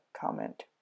comment